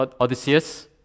Odysseus